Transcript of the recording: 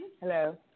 Hello